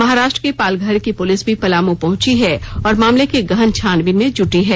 महाराष्ट्र के पालघर की पुलिस भी पलाम पहंची है और मामले के गहन छानबीन में जुटी है